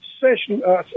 session